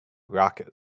rocket